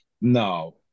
no